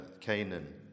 Canaan